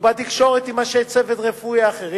ובתקשורת עם אנשי הצוות האחרים,